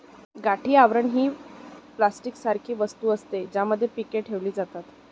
गाठी आवरण ही प्लास्टिक सारखी वस्तू असते, ज्यामध्ये पीके ठेवली जातात